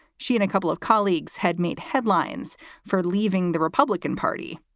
she and a couple of colleagues had made headlines for leaving the republican party,